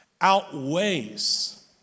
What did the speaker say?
outweighs